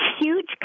huge